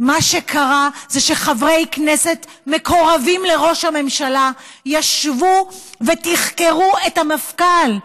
מה שקרה זה שחברי כנסת מקורבים לראש הממשלה ישבו ותחקרו את המפכ"ל.